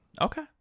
Okay